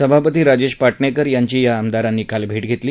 सभापती राजेश पाटणेकर यांची या आमदारांनी काल भेट घेतली